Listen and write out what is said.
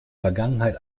vergangenheit